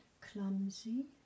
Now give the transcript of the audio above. clumsy